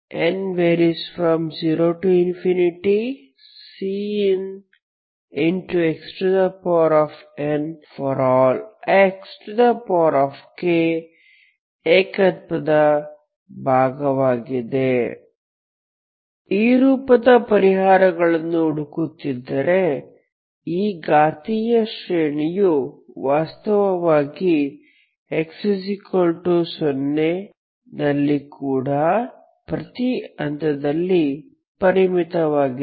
yxxkn0Cnxn ∀ xk ಏಕತ್ವ ಭಾಗವಾಗಿದೆ ಈ ರೂಪದ ಪರಿಹಾರಗಳನ್ನು ಹುಡುಕುತ್ತಿದ್ದರೆ ಈ ಘಾತೀಯ ಶ್ರೇಣಿಯು ವಾಸ್ತವವಾಗಿ x 0 ನಲ್ಲಿ ಕೂಡ ಪ್ರತಿ ಹಂತದಲ್ಲಿ ಪರಿಮಿತವಾಗಿದೆ